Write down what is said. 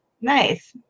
nice